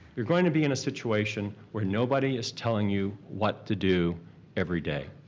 you're going to be in a situation where nobody is telling you what to do everyday.